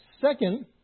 Second